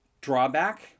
drawback